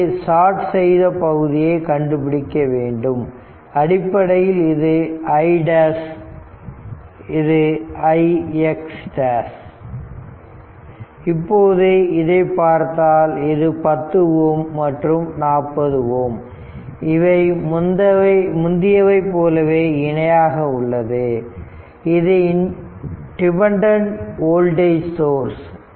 இங்கு ஷார்ட் செய்த பகுதியை கண்டுபிடிக்க வேண்டும் ''' அடிப்படையில் இது i ' ix ' இப்போது இதை பார்த்தால் இது 10Ω மற்றும் 40Ω இவை முந்தியவை போலவே இணையாக உள்ளது இது டிபெண்டன்ட் வோல்டேஜ் சோர்ஸ்